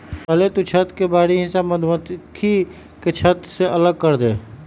पहले तु छत्त के बाहरी हिस्सा मधुमक्खी के छत्त से अलग करदे